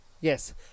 yes